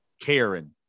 Karen